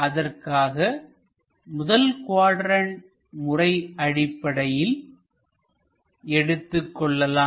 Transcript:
அதற்காக முதல் குவாட்ரண்ட் முறை அடிப்படையில் எடுத்துக் கொள்ளலாம்